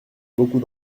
beaucoup